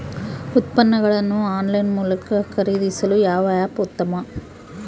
ಉತ್ಪನ್ನಗಳನ್ನು ಆನ್ಲೈನ್ ಮೂಲಕ ಖರೇದಿಸಲು ಯಾವ ಆ್ಯಪ್ ಉತ್ತಮ?